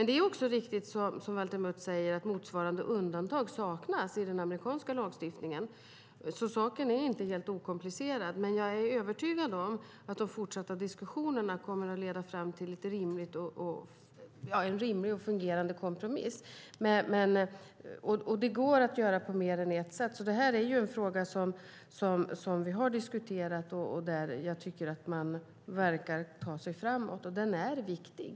Det är också riktigt, som Valter Mutt säger, att motsvarande undantag saknas i den amerikanska lagstiftningen. Saken är inte helt okomplicerad. Men jag är övertygad om att de fortsatta diskussionerna kommer att leda fram till en rimlig och fungerande kompromiss. Det går att göra på mer än ett sätt. Detta är en fråga som vi har diskuterat och där jag tycker att man verkar ta sig framåt. Den är viktig.